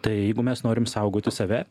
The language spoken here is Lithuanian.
tai jeigu mes norim saugoti save